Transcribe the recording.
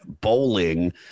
bowling